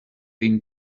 been